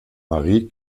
marie